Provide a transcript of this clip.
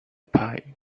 pipe